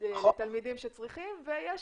לתלמידים שצריכים ויש